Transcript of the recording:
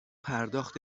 پرداخت